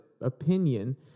opinion